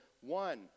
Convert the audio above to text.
One